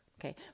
okay